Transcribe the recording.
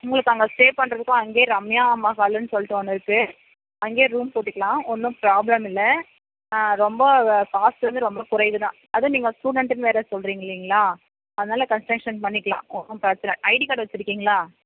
உங்களுக்கு அங்கே ஸ்டே பண்ணுறதுக்கு அங்கே ரம்யா மஹாலுன்னு சொல்லிட்டு ஒன்றுருக்கு அங்கேயே ரூம் போட்டுக்குளான் ஒன்றும் பிராப்லெம் இல்லை ரொம்ப காஸ்ட்டு வந்து ரொம்ப குறைவுதான் அதுவும் நீங்கள் ஸ்டூடண்ட்டுன்னு வேறு சொல்றிங்கில்லிங்களா அதனால் கன்ஸ்ட்ரக்ஷன் பண்ணிக்கிலான் ஒன்னும் பிரச்சன ஐடி கார்டு வச்சிருக்கீங்ளா